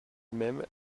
même